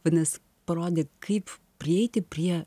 vadinas parodė kaip prieiti prie